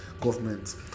government